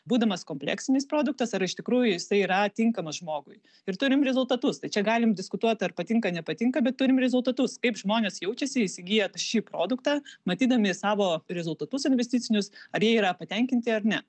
būdamas kompleksinis produktas ar iš tikrųjų jisai yra tinkamas žmogui ir turim rezultatus tai čia galim diskutuoti ar patinka nepatinka bet turim rezultatus kaip žmonės jaučiasi įsigiję šį produktą matydami savo rezultatus investicinius ar jie yra patenkinti ar ne